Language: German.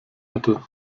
hätte